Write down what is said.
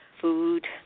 food